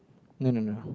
no no no